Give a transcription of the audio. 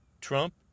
Trump